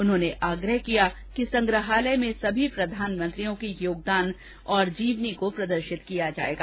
उन्होंने आग्रह किया कि संग्रहालय में सभी प्रधानमंत्रियों के योगदान और जीवनी प्रदर्शित की जाएगी